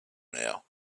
now